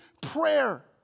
prayer